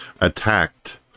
attacked